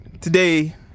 Today